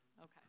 Okay